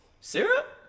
Syrup